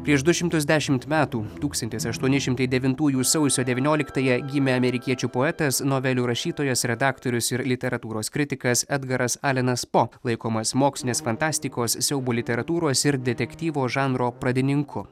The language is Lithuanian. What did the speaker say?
prieš du šimtus dešimt metų tūkstantis aštuoni šimtai devintųjų sausio devynioliktąją gimė amerikiečių poetas novelių rašytojas redaktorius ir literatūros kritikas edgaras alenas po laikomas mokslinės fantastikos siaubo literatūros ir detektyvo žanro pradininku